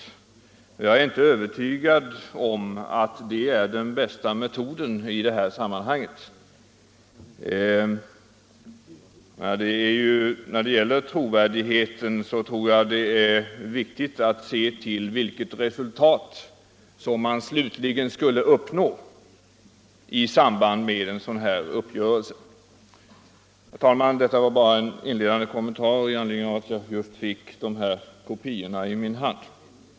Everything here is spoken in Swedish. Jag är inte övertygad om att det är den bästa metoden i det här sammanhanget. När det gäller trovärdigheten tror jag det är viktigt att se till vilka resultat man slutligen skulle uppnå i samband med en sådan här uppgörelse. Herr talman! Detta var bara en inledande kommentar med anledning av att jag just fick dessa brevkopior i min hand.